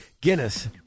Guinness